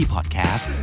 Podcast